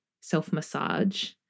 self-massage